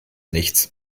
nichts